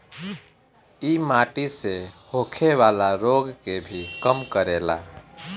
इ माटी से होखेवाला रोग के भी कम करेला